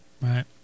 Right